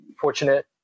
fortunate